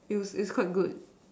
it was it's quite good